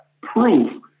proof